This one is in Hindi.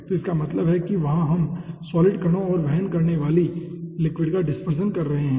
तो इसका मतलब है कि वहां हम सॉलिड कणों और वहन करने वाली लिक्विड का डिस्परशन कर रहे हैं